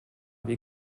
wie